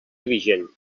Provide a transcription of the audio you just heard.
vigent